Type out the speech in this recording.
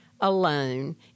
alone